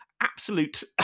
absolute